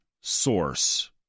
source